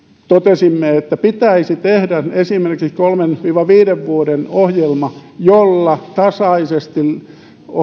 totesimme että pitäisi tehdä esimerkiksi kolmen viiva viiden vuoden ohjelma jolla tasaisesti